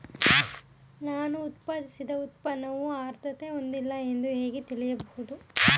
ನಾನು ಉತ್ಪಾದಿಸಿದ ಉತ್ಪನ್ನವು ಆದ್ರತೆ ಹೊಂದಿಲ್ಲ ಎಂದು ಹೇಗೆ ತಿಳಿಯಬಹುದು?